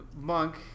Monk